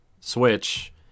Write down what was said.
Switch